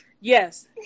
Yes